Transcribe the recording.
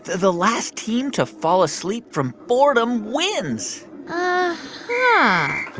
the last team to fall asleep from boredom wins uh-huh yeah